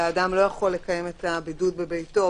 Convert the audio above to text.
והאדם לא יכול לקיים את הבידוד בביתו,